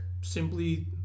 simply